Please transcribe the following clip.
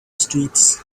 streets